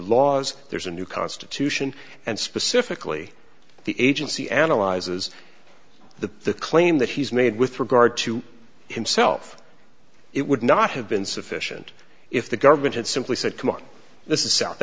laws there's a new constitution and specifically the agency analyzes the claim that he's made with regard to himself it would not have been sufficient if the government had simply said come on this is south